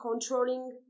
controlling